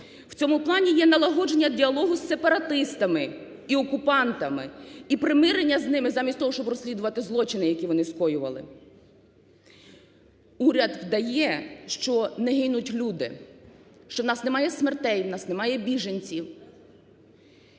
в цьому плані є налагодження діалогу з сепаратистами і окупантами, і примирення з ними, замість того щоб розслідувати злочини, які вони скоювали. Уряд вдає, що не гинуть люди, що в нас немає смертей, у нас немає біженців.